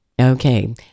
Okay